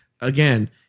again